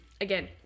again